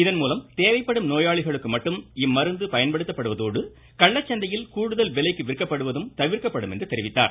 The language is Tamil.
இதன்மூலம் தேவைப்படும் நோயாளிகளுக்கு மட்டும் இம்மருந்து பயன்படுத்தப்படுவதோடு கள்ளச்சந்தையில் கூடுதல் விலைக்கு விற்கப்படுவதும் தவிர்க்கப்படும் என்று தெரிவித்தார்